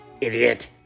idiot